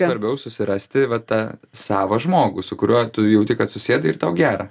svarbiau susirasti vat tą savą žmogų su kuriuo tu jauti kad susėdai ir tau gera